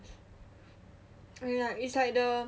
oh yeah it's like the